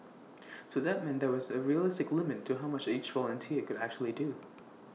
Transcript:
so that meant there was A realistic limit to how much each volunteer could actually do